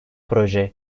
proje